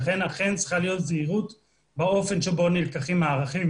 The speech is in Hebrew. לכן צריכה להיות זהירות באופן שבו נלקחים הערכים